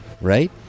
right